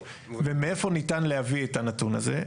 ומאיפה ניתן להביא את הנתון הזה?